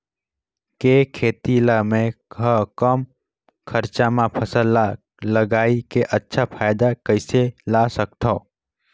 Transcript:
के खेती ला मै ह कम खरचा मा फसल ला लगई के अच्छा फायदा कइसे ला सकथव?